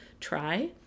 try